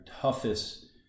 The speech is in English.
toughest